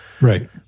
Right